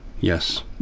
Yes